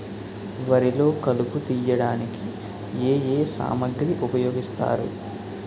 వరిలో కలుపు తియ్యడానికి ఏ ఏ సామాగ్రి ఉపయోగిస్తారు?